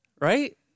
Right